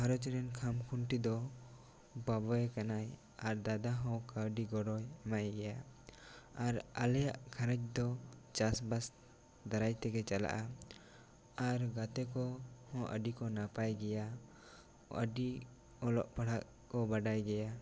ᱜᱷᱟᱨᱚᱸᱡᱽ ᱨᱮᱱ ᱠᱷᱟᱢ ᱠᱷᱩᱱᱴᱤ ᱫᱚ ᱵᱟᱵᱟᱭ ᱠᱟᱱᱟᱭ ᱟᱨ ᱫᱟᱫᱟ ᱦᱚᱸ ᱠᱟᱹᱣᱰᱤ ᱜᱚᱲᱚᱭ ᱮᱢᱟᱭ ᱜᱮᱭᱟ ᱟᱨ ᱟᱞᱮᱭᱟᱜ ᱜᱷᱟᱨᱚᱸᱡᱽ ᱫᱚ ᱪᱟᱥ ᱵᱟᱥ ᱫᱟᱨᱟᱭ ᱛᱮᱜᱮ ᱪᱟᱞᱟᱜᱼᱟ ᱟᱨ ᱜᱟᱛᱮ ᱠᱚᱦᱚᱸ ᱟᱹᱰᱤ ᱠᱚ ᱱᱟᱯᱟᱭ ᱜᱮᱭᱟ ᱟᱹᱰᱤ ᱚᱞᱚᱜ ᱯᱟᱲᱦᱟᱜ ᱠᱚ ᱵᱟᱰᱟᱭ ᱜᱮᱭᱟ